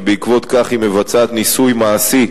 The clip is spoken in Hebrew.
ובעקבות זאת היא מבצעת ניסוי מעשי,